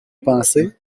pensées